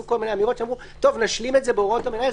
כל מיני אמירות שאמרו: נשלים את זה בהוראות המנהל,